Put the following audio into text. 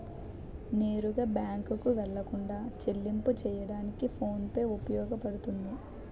నేరుగా బ్యాంకుకు వెళ్లకుండా చెల్లింపు చెయ్యడానికి ఫోన్ పే ఉపయోగపడుతుంది